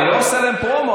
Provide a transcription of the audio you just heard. אני לא עושה להם פרומו,